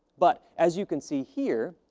but, as you can see here,